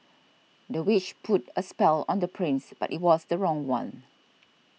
the witch put a spell on the prince but it was the wrong one